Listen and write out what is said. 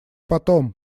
потом